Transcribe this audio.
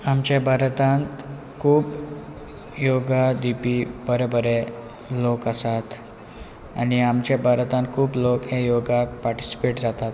आमच्या भारतांत खूब योगा दिवपी बरे बरे लोक आसात आनी आमचे भारतांत खूब लोक हे योगाक पार्टिसिपेट जातात